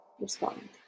Respond